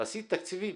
להסית תקציבים.